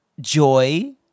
joy